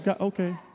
Okay